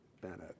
Bennett